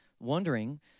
Wondering